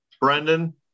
Brendan